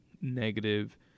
negative